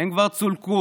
הם כבר צולקו.